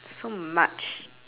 so much